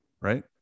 right